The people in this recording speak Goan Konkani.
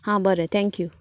हां बरें थँक्यू